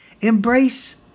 Embrace